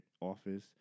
office